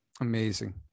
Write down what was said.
Amazing